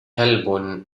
كلب